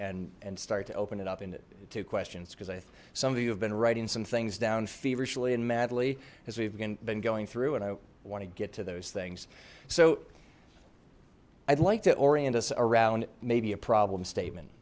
and and start to open it up into two questions because i some of you have been writing some things down feverishly and madly as we've been going through and i want to get to those things so i'd like to orient us around maybe a problem statement